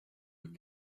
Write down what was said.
with